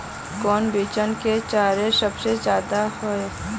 कौन बिचन के चर्चा सबसे ज्यादा है?